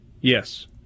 Yes